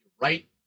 Right